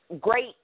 Great